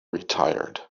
retired